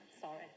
sorry